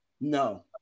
No